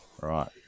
right